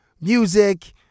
music